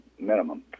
minimum